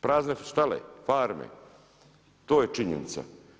Prazne su štale, farme, to je činjenica.